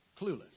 clueless